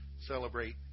celebrate